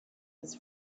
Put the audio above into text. his